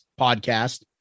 podcast